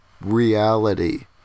reality